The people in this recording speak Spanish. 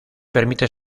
permite